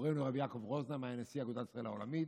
מורנו רבי יעקב רוזנהיים היה נשיא אגודת ישראל העולמית,